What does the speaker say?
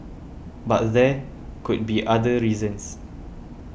but there could be other reasons